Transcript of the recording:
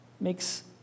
makes